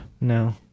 no